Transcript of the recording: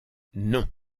non